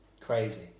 crazy